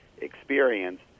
experience